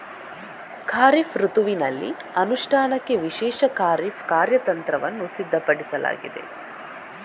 ಖಾರಿಫ್ ಋತುವಿನಲ್ಲಿ ಅನುಷ್ಠಾನಕ್ಕೆ ವಿಶೇಷ ಖಾರಿಫ್ ಕಾರ್ಯತಂತ್ರವನ್ನು ಸಿದ್ಧಪಡಿಸಲಾಗಿದೆ